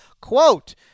quote